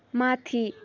माथि